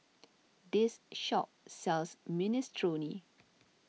this shop sells Minestrone